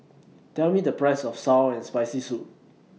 Tell Me The Price of Sour and Spicy Soup